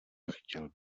nechtěl